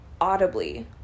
audibly